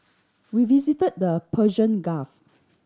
we visit the Persian Gulf